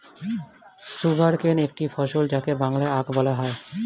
sugarcane একটি ফসল যাকে বাংলায় আখ বলা হয়